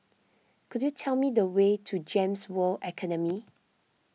could you tell me the way to Gems World Academy